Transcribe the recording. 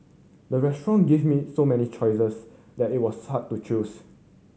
the restaurant give me so many choices that it was hard to choose